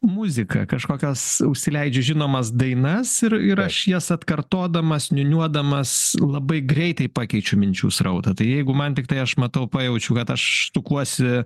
muzika kažkokios užsileidžiu žinomas dainas ir ir aš jas atkartodamas niūniuodamas labai greitai pakeičiau minčių srautą tai jeigu man tiktai aš matau pajaučiau kad aš sukuosi